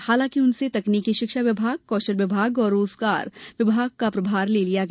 हालांकि उनसे तकनीकी शिक्षा विभाग कौशल विभाग और रोजगार विभाग प्रभार ले लिया गया